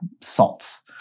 salts